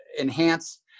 enhance